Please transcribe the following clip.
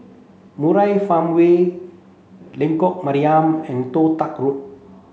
Murai Farmway Lengkok Mariam and Toh Tuck Road